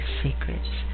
secrets